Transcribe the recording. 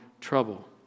trouble